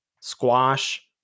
Squash